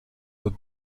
are